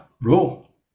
rule